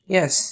Yes